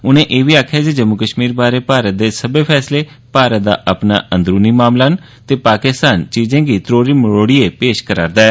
उनें गलाया जे जम्मू कश्मीर बारै भारत दे सब्बै फैसले भारत दा अपना अंदरूनी मामला न ते पाकिस्तान चीजें गी त्रोड़ी मरोड़ियै पेश करा'रदा ऐ